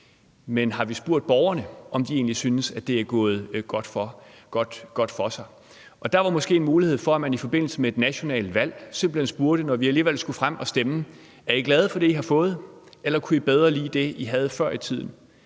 men har vi spurgt borgerne, om de egentlig synes, at det er gået godt for sig? Og der var måske en mulighed for, at man i forbindelse med et nationalt valg, når vi alligevel skulle frem og stemme, simpelt hen spurgte dem: Er I glade for det, I har fået? Eller kunne I bedre lide det, I havde før i tiden?